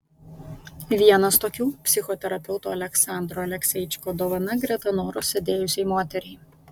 vienas tokių psichoterapeuto aleksandro alekseičiko dovana greta noros sėdėjusiai moteriai